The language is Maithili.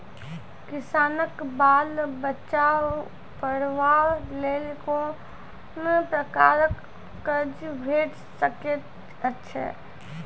किसानक बाल बच्चाक पढ़वाक लेल कून प्रकारक कर्ज भेट सकैत अछि?